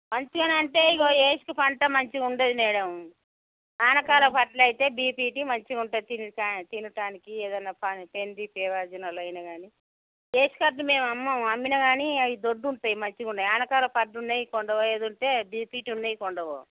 మంచిగా అంటే ఇదిగో ఏస్కి పంట మంచిగా ఉండదు మేడమ్ ఆనకాడ పంటలు అయితే బీపీటీ మంచిగా ఉంటుంది తినుటాన్ తినటానికి ఏదన్న పాన్ పిండి సేవార్జునులు అయిన గానీ రేస్ కార్డు మేము అమ్మము అమ్మిన కానీ అవి దొడ్డుగా ఉంటాయి మంచిగా ఉండవు ఆనకాడపు వడ్లు ఉన్నాయి కొండపోయేది ఉంటే బీపీటీ ఉన్నాయి కొండపో